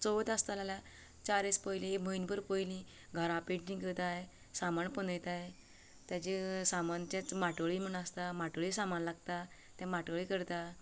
चवथ आसता जाल्यार चार दीस पयलीं म्हयनो भर पयलीं घरा पेन्टींग करताय सामान पुंजयताय तेजें सामान जें माटोळी म्हण आसता माटोळी सामान लागता ते माटोळी करता